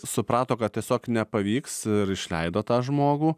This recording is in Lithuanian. suprato kad tiesiog nepavyks ir išleido tą žmogų